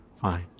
fine